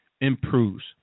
improves